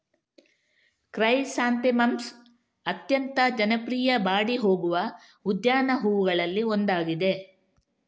chrysanthemums ಅತ್ಯಂತ ಜನಪ್ರಿಯ ಬಾಡಿ ಹೋಗುವ ಉದ್ಯಾನ ಹೂವುಗಳಲ್ಲಿ ಒಂದಾಗಿದೆ